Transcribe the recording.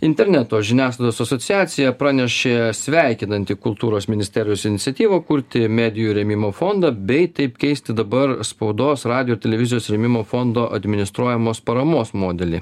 interneto žiniasklaidos asociacija pranešė sveikinanti kultūros ministerijos iniciatyvą kurti medijų rėmimo fondą bei taip keisti dabar spaudos radijo ir televizijos rėmimo fondo administruojamos paramos modelį